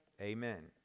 Amen